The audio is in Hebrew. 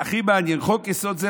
הכי מעניין: "חוק-יסוד זה,